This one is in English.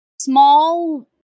small